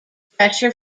pressure